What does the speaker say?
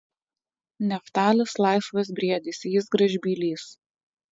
neftalis laisvas briedis jis gražbylys